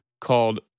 called